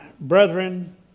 Brethren